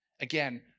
Again